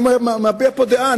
אני מביע פה דעה.